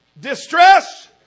distress